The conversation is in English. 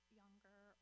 younger